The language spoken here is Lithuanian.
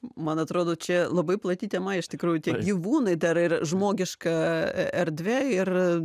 man atrodo čia labai plati tema iš tikrųjų juk būna dar ir žmogiška erdvė ir